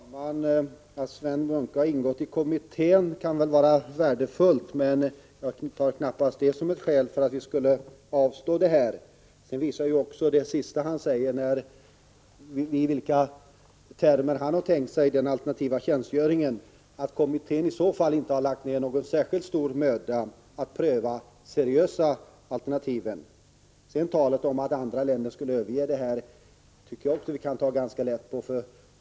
Herr talman! Att Sven Munke har ingått i frivårdskommittén kan vara värdefullt, men jag tar det knappast som ett skäl för att avstå från försök med samhällstjänst. Det han sade sist visar hur han har tänkt sig den alternativa tjänstgöringen. Det visar också att kommittén inte har lagt ner någon särskilt stor möda på att pröva seriösa alternativ. Talet om att andra länder överger samhällstjänsten kan vi ta ganska lätt på.